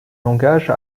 langage